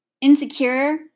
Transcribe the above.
Insecure